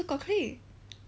got clique